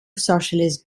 socialist